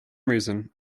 reason